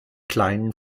kleinen